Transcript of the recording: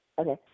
Okay